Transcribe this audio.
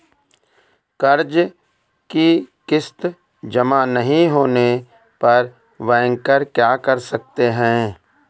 कर्ज कि किश्त जमा नहीं होने पर बैंकर क्या कर सकते हैं?